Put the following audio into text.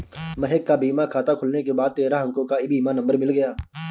महक को बीमा खाता खुलने के बाद तेरह अंको का ई बीमा नंबर मिल गया